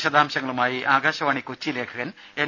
വിശദാംശങ്ങളുമായി ആകാശവാണി കൊച്ചി ലേഖകൻ എൻ